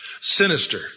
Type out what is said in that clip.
sinister